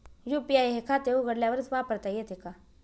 UPI हे खाते उघडल्यावरच वापरता येते का?